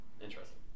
interesting